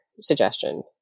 suggestion